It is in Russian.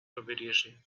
побережье